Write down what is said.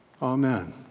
Amen